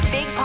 Big